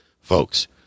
Folks